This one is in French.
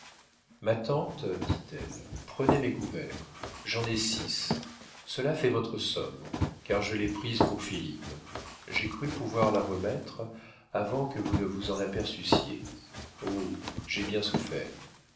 ma tante dit-elle prenez mes couverts j'en ai six cela fait votre somme car je l'ai prise pour philippe j'ai cru pouvoir la remettre avant que vous ne vous en aperçussiez oh j'ai bien souffert